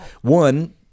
one